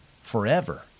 forever